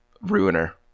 Ruiner